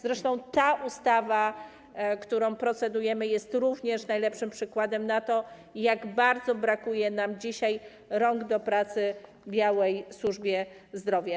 Zresztą ta ustawa, nad którą procedujemy, jest również najlepszym przykładem na to, jak bardzo brakuje nam dzisiaj rąk do pracy w białej służbie zdrowia.